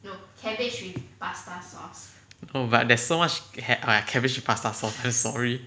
oh but there's so much ca~ oh ya cabbage with pasta sauce I'm sorry